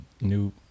new